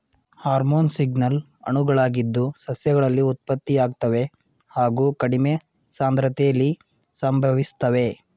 hormone signal ಅಣುಗಳಾಗಿದ್ದು ಸಸ್ಯಗಳಲ್ಲಿ ಉತ್ಪತ್ತಿಯಾಗ್ತವೆ ಹಾಗು ಕಡಿಮೆ ಸಾಂದ್ರತೆಲಿ ಸಂಭವಿಸ್ತವೆ